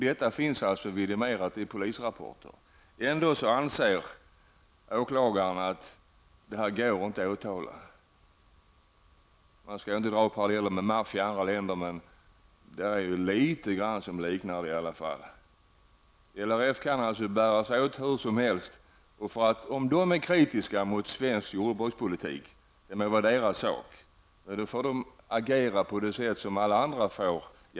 Detta finns alltså vidimerat i en polisrapport. Ändå anser åklagaren att det inte är möjligt att väcka åtal i detta fall. Man skall inte dra paralleller med maffian i andra länder, men detta liknar litet grand metoder som används i dessa sammanhang. LRF kan alltså bära sig åt hur som helst. Om de är kritiska mot svensk jordbrukspolitik, må det vara deras sak. Men då får de agera på det sätt som alla andra får hålla sig till.